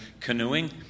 canoeing